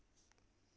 yup